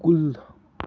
کُل